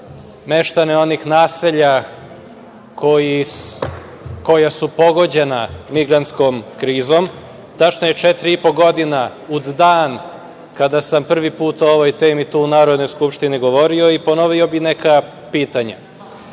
meštane onih naselja koja su pogođena migranskom krizom. Tačno je četiri i po godine od dana kada sam prvi put o ovoj temi u Narodnoj skupštini govori i ponovio bih neka pitanja.Zašto